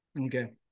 Okay